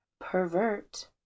pervert